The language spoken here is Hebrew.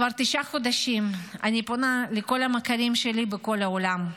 כבר תשעה חודשים אני פונה לכל המכרים שלי בכל העולם,